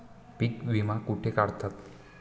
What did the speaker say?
पीक विमा कुठे काढतात?